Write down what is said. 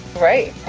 right,